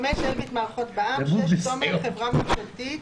(5)אלביט מערכות בע"מ, (6)תומר חברה ממשלתית,